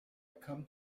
come